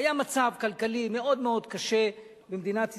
היה מצב כלכלי מאוד קשה במדינת ישראל,